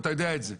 ואתה יודע את זה,